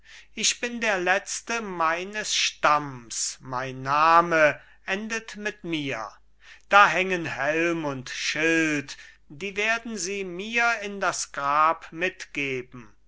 ich bin der letzte meines stamms mein name endet mit mir da hängen helm und schild die werden sie mir in das grab mitgeben